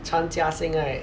chan jia xing right